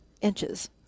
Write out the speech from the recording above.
Inches